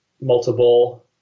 multiple